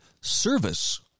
service